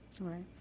Right